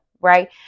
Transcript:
right